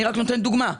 אני רק נותן דוגמה.